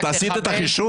באמת, אתה עשית את החישוב?